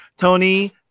Tony